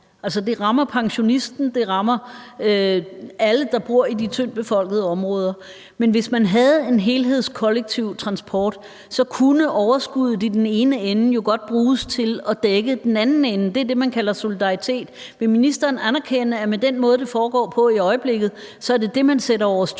det rammer pensionisten, og det rammer alle, der bor i de tyndtbefolkede områder. Men hvis man havde en helhedsorienteret kollektiv transport, kunne overskuddet i den ene ende godt bruges til at dække i den anden ende. Det er det, man kalder solidaritet. Vil ministeren anerkende, at med den måde, det foregår på i øjeblikket, er det det, man sætter over styr? Kl.